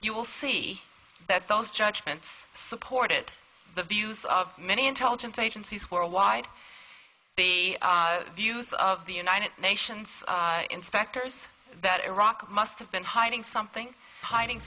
you will see that falls judgments supported the views of many intelligence agencies worldwide the views of the united nations inspectors that iraq must have been hiding something hiding